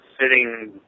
sitting